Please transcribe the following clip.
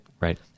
Right